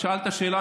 שאלת שאלה,